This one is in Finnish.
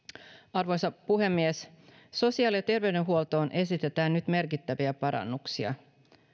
arvoisa puhemies sosiaali ja terveydenhuoltoon esitetään nyt merkittäviä parannuksia